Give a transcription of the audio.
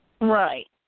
Right